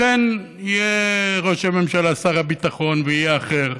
לכן יהיה ראש הממשלה שר הביטחון ויהיה אחר,